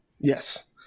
Yes